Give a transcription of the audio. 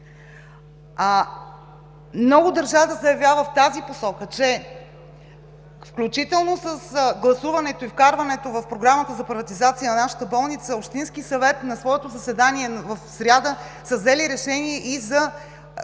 Много държа да заявя, че включително с гласуването и вкарването в Програмата за приватизация на нашата болница, Общинският съвет на своето заседание в сряда е взел решение